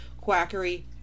quackery